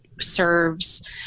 serves